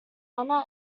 anna